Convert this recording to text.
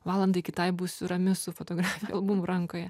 valandai kitai būsiu rami su fotografijų albumu rankoje